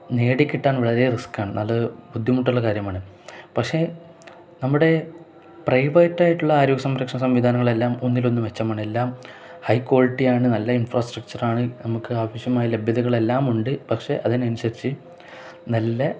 നേടിക്കിട്ടാൻ വളരെ റിസ്ക്കാണ് നല്ല ബുദ്ധിമുട്ടുള്ള കാര്യമാണ് പക്ഷേ നമ്മുടെ പ്രൈവറ്റായിട്ടുള്ള ആരോഗ്യ സംരക്ഷണ സംവിധാനങ്ങളെല്ലാം ഒന്നിനൊന്നു മെച്ചമാണ് എല്ലാം ഹൈ ക്വാളിറ്റിയാണ് നല്ല ഇൻഫ്രാസ്ട്രക്ച്ചറാണ് നമുക്ക് ആവശ്യമായ ലഭ്യതകളെല്ലാമുണ്ട് പക്ഷെ അതിനനുസരിച്ച് നല്ല